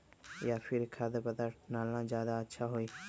या फिर खाद्य पदार्थ डालना ज्यादा अच्छा होई?